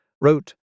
wrote